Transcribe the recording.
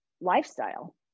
lifestyle